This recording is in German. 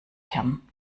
hirn